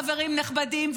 חברים נכבדים,